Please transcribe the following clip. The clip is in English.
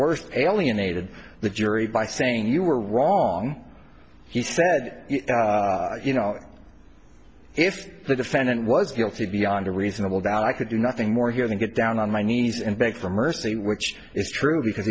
worst alienated the jury by saying you were wrong he said you know if the defendant was guilty beyond a reasonable doubt i could do nothing more here than get down on my knees and beg for mercy which is true because